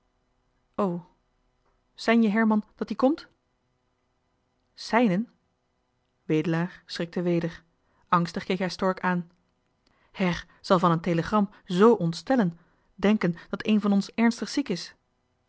sein je herman dat ie komt seinen wedelaar schrikte weder angstig keek hij stork aan her zal van een telegram zoo ontstellen denken dat een van ons ernstig ziek is